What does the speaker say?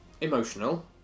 emotional